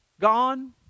gone